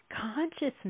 consciousness